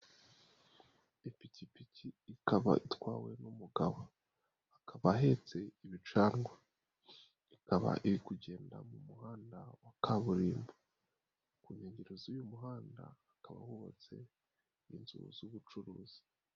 Ipikipiki ikaba itwawe n'umugabo. Akaba ahetse ibicanwa. Ikaba iri kugenda mu muhanda wa kaburimbo. Ku nkengero z'uyu muhanda, hakaba hubatse inzu z'ubucuruzi.